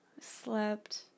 slept